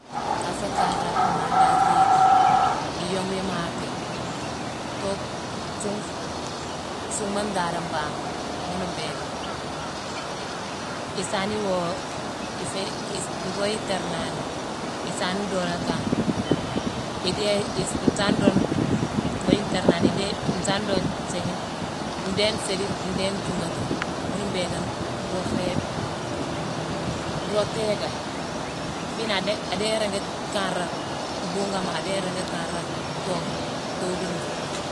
Kasa kanra maale dii azéyiti, dii iyongu imaati. Tookh-suungh- suunghma ndaadé mbangh, ghuna mbhiika. I- isaani iwoo- iféé- isi-roog yicktarnani. Isaane doodane kane, idéé- isi- nsaane doode-ngo yicktarnani. Idéé-nsaane doode-sééghine-ndéé nséédine, ndéé nthiuugatu. Ghuna mbhiiké nroog féé-nroog tééka. Fiinangh adéé-adéé ringi kanra buugama, adéé ringi kanra tookh-tookunema.